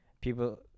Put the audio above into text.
People